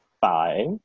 five